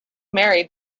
married